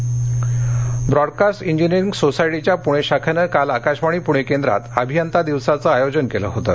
engineering day broadcast engineering सोसायटीच्या पुणे शाखेनं काल आकाशवाणी पुणे केंद्रात अभियंता दिवसाचं आयोजन केलं होतं